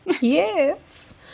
yes